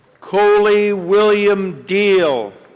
coley william deale.